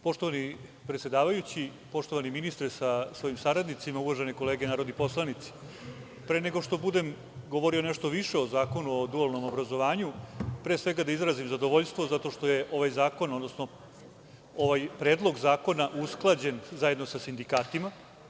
Poštovani predsedavajući, poštovani ministre sa svojim saradnicima, uvažene kolege narodni poslanici, pre nego što budem govorio nešto više o Zakonu o dualnom obrazovanju, pre svega da izrazim zadovoljstvo zato što je ovaj zakon, odnosno ovaj Predlog zakona usklađen zajedno sa sindikatima.